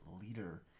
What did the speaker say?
leader